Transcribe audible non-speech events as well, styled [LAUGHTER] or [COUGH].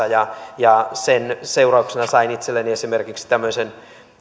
[UNINTELLIGIBLE] ja ja sen seurauksena sain itselleni esimerkiksi tämmöisen